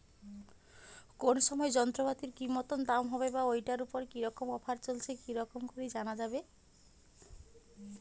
কোন সময় যন্ত্রপাতির কি মতন দাম হবে বা ঐটার উপর কি রকম অফার চলছে কি রকম করি জানা যাবে?